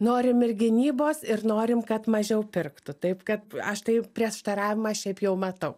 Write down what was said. norim ir gynybos ir norim kad mažiau pirktų taip kad aš tai prieštaravimą šiaip jau matau